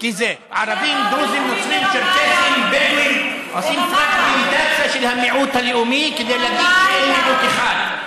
לרוב אין זכות להגדיר את עצמו כרוב יהודי?